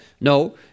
no